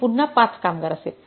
हे पुन्हा 5 कामगार असेल